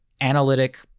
analytic